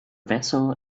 vessel